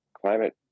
climate